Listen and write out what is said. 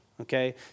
okay